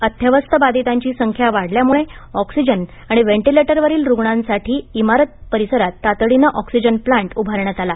अत्यवस्थ बाधितांची संख्या वाढल्यामुळे ऑक्सिजन आणि व्हेंटिलेटरवरील रुग्णांसाठी इमारत परिसरात तातडीने ऑक्सिजन प्लॅंट उभारण्यात आला